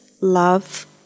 love